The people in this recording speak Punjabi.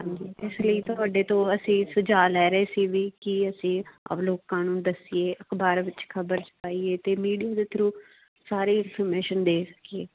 ਹਾਂਜੀ ਇਸ ਲਈ ਤੁਹਾਡੇ ਤੋਂ ਅਸੀਂ ਸੁਝਾਅ ਲੈ ਰਹੇ ਸੀ ਵੀ ਕਿ ਅਸੀਂ ਲੋਕਾਂ ਨੂੰ ਦੱਸੀਏ ਅਖਬਾਰਾਂ ਵਿੱਚ ਖਬਰ ਛਪਾਈਏ ਅਤੇ ਮੀਡੀਏ ਦੇ ਥਰੂ ਸਾਰੀ ਇਨਫੋਰਮੇਸ਼ਨ ਦੇ ਸਕੀਏ